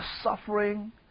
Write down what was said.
suffering